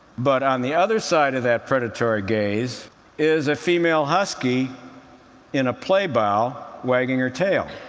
but on the other side of that predatory gaze is a female husky in a play bow, wagging her tail.